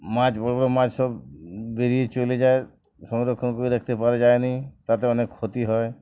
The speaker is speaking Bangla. মাছ বড় বড় মাছ সব বেরিয়ে চলে যায় সংরক্ষণ করে রাখতে পারা যায় না তাতে অনেক ক্ষতি হয়